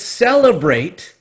celebrate